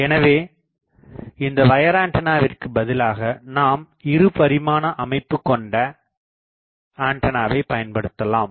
எனவே இந்த வயர்ஆண்டனாவிற்கு பதிலாக நாம் இரு பரிமாணஅமைப்புக்கொண்ட ஆண்டனாவை பயன்படுத்தலாம்